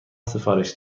سفارش